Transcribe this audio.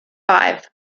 five